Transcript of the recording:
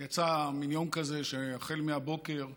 יצא מין יום כזה שהחל מהבוקר ישבנו,